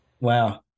Wow